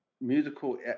musical